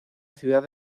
ciudad